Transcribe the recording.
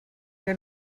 que